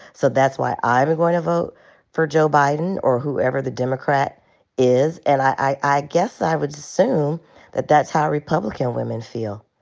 so that's why i'm going to vote for joe biden, or whoever the democrat is. and i i guess i would assume that that's how republican women feel.